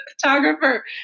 photographer